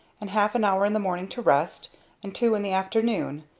and half an hour in the morning to rest and two in the afternoon.